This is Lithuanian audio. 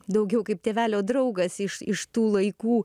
daugiau kaip tėvelio draugas iš iš tų laikų